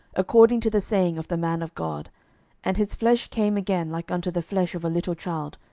according to the saying of the man of god and his flesh came again like unto the flesh of a little child,